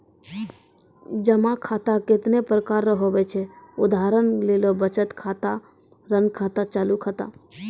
जमा खाता कतैने प्रकार रो हुवै छै उदाहरण लेली बचत खाता ऋण खाता चालू खाता